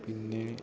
പിന്നെ